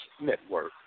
Network